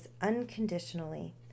unconditionally